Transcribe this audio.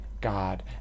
God